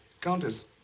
Countess